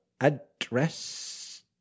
address